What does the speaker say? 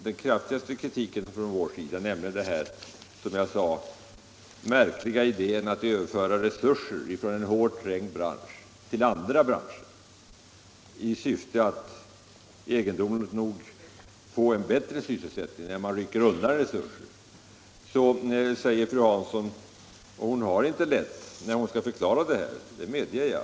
Den kraftigaste kritiken från vår sida gäller, som jag sade, den märkliga idén att överföra resurser från en hårt trängd bransch till andra branscher i syfte, egendomligt nog, att få bättre sysselsättning — när man rycker undan resurser. Fru Hansson har det inte lätt när hon skall förklara detta, det medger jag.